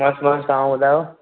मस्तु मस्तु तव्हां ॿुधायो